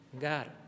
God